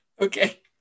Okay